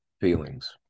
feelings